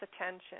attention